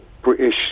British